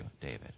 David